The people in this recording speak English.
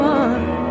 one